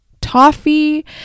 toffee